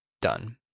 done